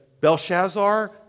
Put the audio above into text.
Belshazzar